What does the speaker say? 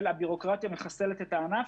גורמת לבירוקרטיה שמחסלת את הענף,